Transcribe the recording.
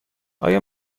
آیا